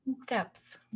steps